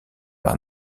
par